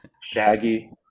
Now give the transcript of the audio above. shaggy